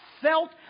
felt